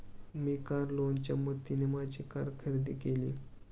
मी car लोनच्या मदतीने माझी कार खरेदी केली